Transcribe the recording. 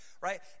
right